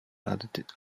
added